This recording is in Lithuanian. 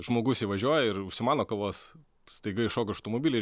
žmogus įvažiuoja ir užsimano kavos staiga iššoko iš automobilio